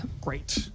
Great